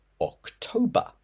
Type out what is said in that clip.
October